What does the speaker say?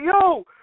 yo